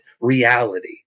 reality